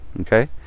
okay